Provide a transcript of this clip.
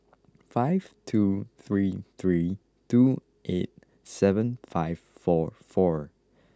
five two three three two eight seven five four four